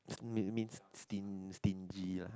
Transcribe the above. mean means stingy uh